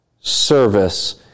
service